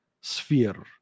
sphere